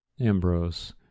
ambrose